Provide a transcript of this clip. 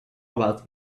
about